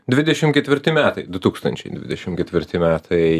dvidešim ketvirti metai du tūkstančiai dvidešim ketvirti metai